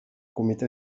comitè